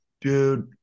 Dude